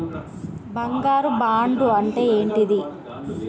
బంగారు బాండు అంటే ఏంటిది?